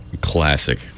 classic